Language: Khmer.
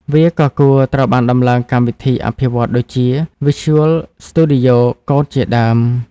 វាក៏គួរត្រូវបានដំឡើងកម្មវិធីអភិវឌ្ឍន៍ ដូចជា Visual Studio Code ជាដើម។